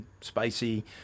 spicy